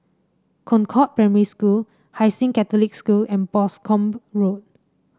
Concord Primary School Hai Sing Catholic School and Boscombe Road